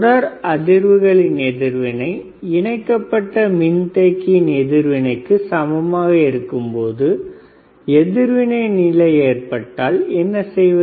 தொடர் அதிர்வுகளின் எதிர்வினை இணைக்கப்பட்ட மின்தேக்கியின் எதிர்வினைக்கு சமமாக இருக்கும் போது எதிர்வினை நிலை ஏற்பட்டால் என்ன செய்வது